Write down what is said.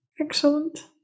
excellent